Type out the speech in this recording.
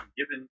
given